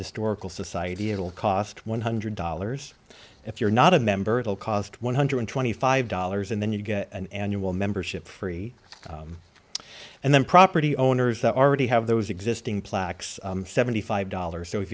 historical society it'll cost one hundred dollars if you're not a member it will cost one hundred twenty five dollars and then you get an annual membership free and then property owners that already have those existing plaques seventy five dollars so if